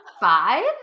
Five